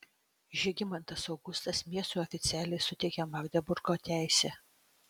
žygimantas augustas miestui oficialiai suteikė magdeburgo teisę